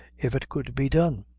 if it could be done.